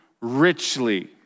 richly